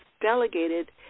delegated